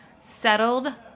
Settled